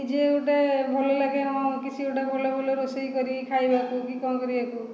ନିଜେ ଗୋଟେ ଭଲ ଲାଗେ ହଁ କିଛି ଗୋଟେ ଭଲ ଭଲ ରୋଷେଇ କରି ଖାଇବାକୁ କି କଣ କରିବାକୁ